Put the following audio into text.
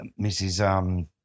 Mrs